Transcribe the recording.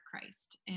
Christ